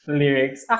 lyrics